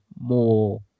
more